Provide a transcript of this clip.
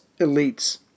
elites